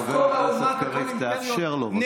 חבר הכנסת קריב, תאפשר לו, בבקשה.